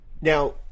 Now